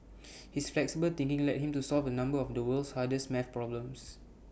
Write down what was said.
his flexible thinking led him to solve A number of the world's hardest math problems